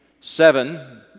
seven